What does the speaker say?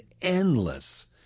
endless